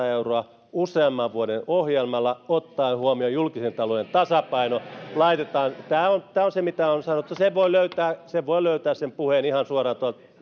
euroa useamman vuoden ohjelmalla ottaen huomioon julkisen talouden tasapainon laitetaan tämä on tämä on se mitä on sanottu sen puheen voi löytää ihan suoraan tuolta